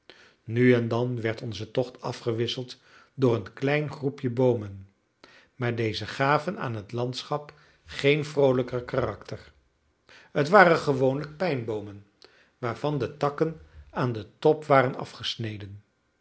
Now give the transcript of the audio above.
nu en dan werd onze tocht afgewisseld door een klein groepje boomen maar deze gaven aan het landschap geen vroolijker karakter het waren gewoonlijk pijnboomen waarvan de takken aan den top waren afgesneden